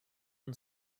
und